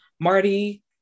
Marty